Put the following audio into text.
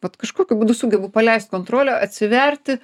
vat kažkokiu būdu sugebu paleist kontrolę atsiverti